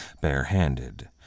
barehanded